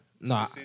No